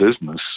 business